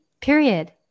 period